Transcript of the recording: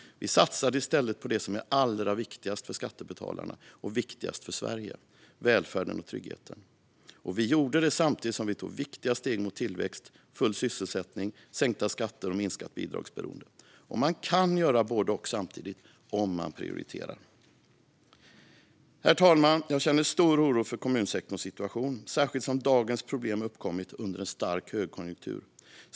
Vi satsade i stället på det som är allra viktigast för skattebetalarna och för Sverige: välfärden och tryggheten. Vi gjorde det samtidigt som vi tog viktiga steg mot tillväxt, full sysselsättning, sänkta skatter och minskat bidragsberoende. Man kan göra både och samtidigt, om man prioriterar. Herr talman! Jag känner stark oro för kommunsektorns situation, särskilt som dagens problem har uppkommit under en stark högkonjunktur.